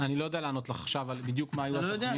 אני לא יודע לענות לך עכשיו על בדיוק מה היו התכניות.